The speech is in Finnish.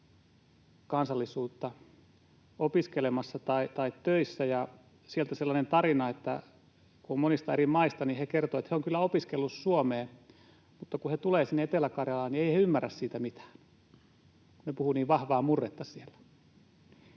kansallisuutta opiskelemassa tai töissä. Sieltä sellainen tarina, että kun he ovat monista eri maista, niin he kertoivat, että he ovat kyllä opiskelleet suomea, mutta kun he tulevat sinne Etelä-Karjalaan, he eivät ymmärrä siitä mitään — siellä puhutaan niin vahvaa murretta.